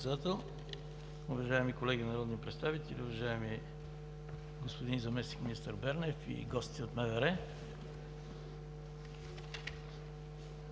уважаеми господин заместник-министър Бернер и гости от МВР!